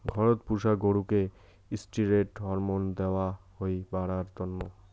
ঘরত পুষা গরুকে ষ্টিরৈড হরমোন দেয়া হই বাড়ার তন্ন